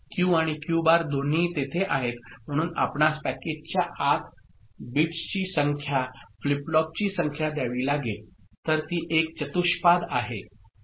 Q आणि Q bar दोन्ही तेथे आहेत म्हणून आपणास पॅकेजच्या आत बिट्सची संख्या फ्लिप फ्लॉपची संख्या द्यावी लागेल तर ती एक चतुष्पाद आहे